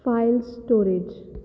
file storage